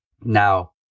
Now